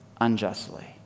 unjustly